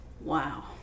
wow